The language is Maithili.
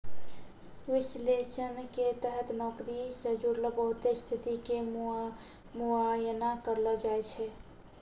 विश्लेषण के तहत नौकरी से जुड़लो बहुते स्थिति के मुआयना करलो जाय छै